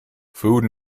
food